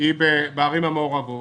היא בערים המעורבות,